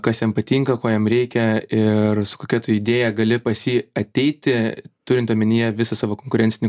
kas jam patinka ko jam reikia ir kokia tu idėja gali pas jį ateiti turint omenyje visą savo konkurencinį